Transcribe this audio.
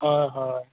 হয় হয়